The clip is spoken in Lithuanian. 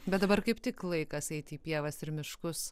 bet dabar kaip tik laikas eiti į pievas ir miškus